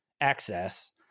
access